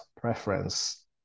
preference